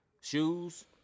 shoes